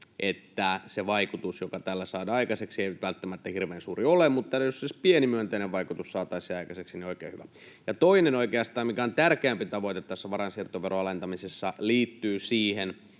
että se vaikutus, joka tällä saadaan aikaiseksi, ei nyt välttämättä hirveän suuri ole. Mutta jos tällä edes pieni myönteinen vaikutus saataisiin aikaiseksi, niin oikein hyvä. Toinen, mikä on oikeastaan tärkeämpi tavoite tässä varainsiirtoveron alentamisessa, liittyy siihen,